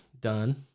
done